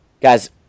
Guys